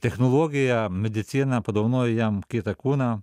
technologija medicina padovanojo jam kitą kūną